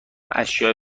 اشیاء